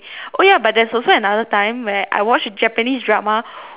oh ya but there's also another time where I watch japanese drama